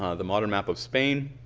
um the modern map of spain.